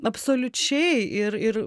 absoliučiai ir ir